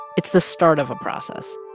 it's the start of a process.